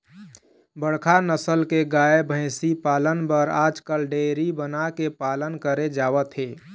बड़का नसल के गाय, भइसी पालन बर आजकाल डेयरी बना के पालन करे जावत हे